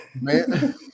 Man